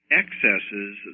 excesses